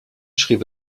schrieb